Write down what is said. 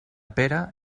pere